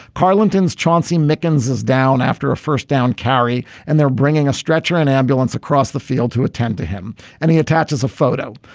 carlin opens chauncey mickens is down after a first down carry and they're bringing a stretcher and an ambulance across the field to attend to him and he attaches a photo.